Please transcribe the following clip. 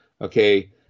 okay